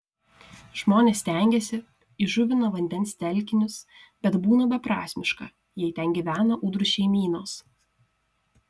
žmonės stengiasi įžuvina vandens telkinius bet būna beprasmiška jei ten gyvena ūdrų šeimynos